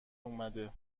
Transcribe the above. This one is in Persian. اومده